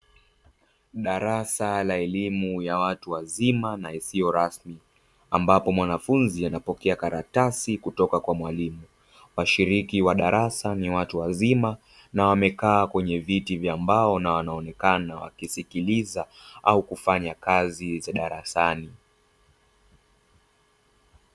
Darasa la elimu ya watu wazima na isiyo rasmi, ambapo mwanafunzi anapokea karatasi kutoka kwa mwalimu, washiriki wa darasa ni watu wazima na wamekaa kwenye viti vya mbao, na wanaonekana wakisikiliza au kufanya kazi za darasani.